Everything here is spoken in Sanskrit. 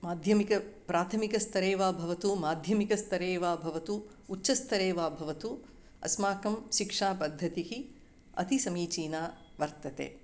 माध्यमिक प्राथमिकस्तरे वा भवतु माध्यमिकस्तरे वा भवतु उच्चस्तरेव भवतु अस्माकं शिक्षापद्धतिः अति समीचीना वर्तते